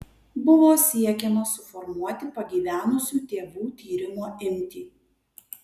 buvo siekiama suformuoti pagyvenusių tėvų tyrimo imtį